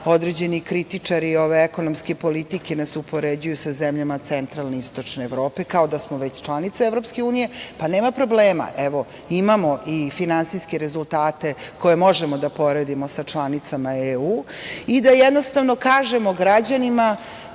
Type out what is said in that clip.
određeni kritičari ove ekonomske politike nas upoređuju sa zemljama centralne i istočne Evrope, kao da smo već članica EU.Nema problema, evo imamo i finansijske rezultate koje možemo da poredimo sa članicama EU i da jednostavno kažemo građanima